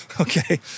Okay